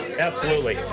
absolutely.